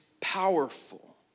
powerful